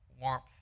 warmth